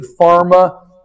pharma